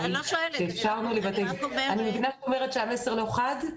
אני מבינה שאת אומרת שהמסר לא חד.